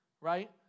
right